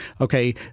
okay